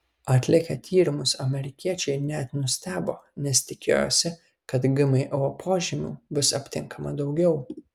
atlikę tyrimus amerikiečiai net nustebo nes tikėjosi kad gmo požymių bus aptinkama daugiau